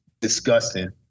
disgusting